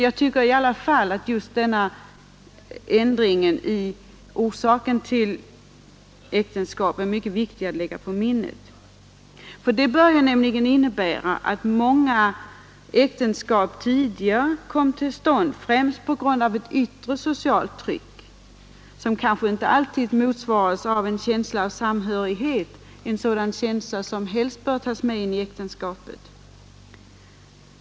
Jag tycker i alla fall att denna ändring i orsaken till äktenskap är mycket viktig att lägga på minnet. Det bör nämligen innebära att många äktenskap tidigare kommit till stånd främst på grund av ett yttre socialt tryck och att de kanske inte alltid motsvarades av en känsla av samhörighet, en sådan känsla som helst bör tas med in i äktenskapet.